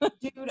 dude